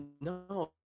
No